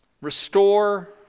restore